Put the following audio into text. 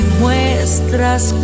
muestras